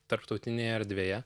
tarptautinėje erdvėje